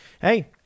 hey